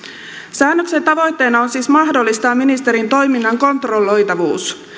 säännöksen tavoitteena on siis mahdollistaa ministerin toiminnan kontrolloitavuus